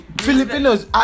Filipinos